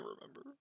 remember